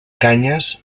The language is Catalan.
canyes